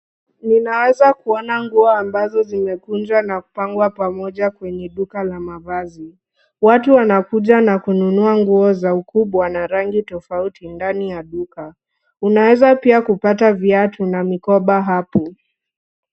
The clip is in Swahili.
Ninaweza kuona nguo ambazo zimekunjwa na kupangwa pamoja kwenye duka la mavazi. Watu wanakuja na kununua nguo za ukubwa na rangi tofauti ndani ya duka. Unaweza pia kupata viatu na mikoba hapo.